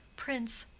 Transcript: prince.